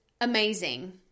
amazing